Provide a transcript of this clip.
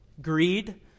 Greed